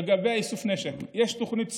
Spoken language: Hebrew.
לגבי איסוף נשק, יש תוכנית סדורה,